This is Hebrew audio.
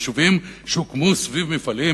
אלה יישובים שהוקמו סביב מפעלים,